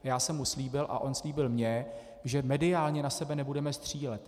Já jsem mu slíbil a on slíbil mně, že mediálně na sebe nebudeme střílet.